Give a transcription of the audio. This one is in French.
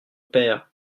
père